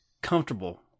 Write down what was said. comfortable